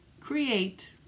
create